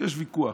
יש ויכוח,